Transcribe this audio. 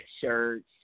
shirts